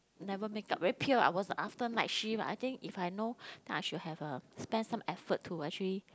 never makeup very pale I was after night shift I think if I know then I should have uh spend some effort to actually